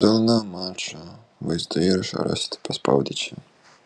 pilną mačo vaizdo įrašą rasite paspaudę čia